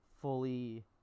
fully